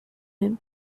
him